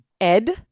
Ed